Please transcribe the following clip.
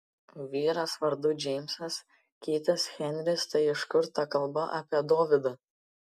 vyras vardu džeimsas kitas henris tai iš kur ta kalba apie dovydą